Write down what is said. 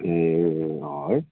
ए अँ है